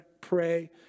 pray